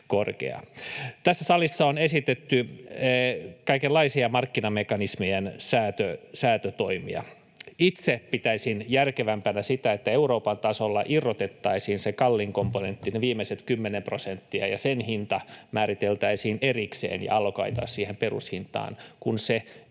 Tässä salissa on esitetty kaikenlaisia markkinamekanismien säätötoimia. Itse pitäisin järkevämpänä sitä, että Euroopan tasolla irrotettaisiin se kallein komponentti, ne viimeiset kymmenen prosenttia, ja sen hinta määriteltäisiin erikseen ja allokoitaisiin siihen perushintaan, kuin että